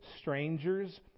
strangers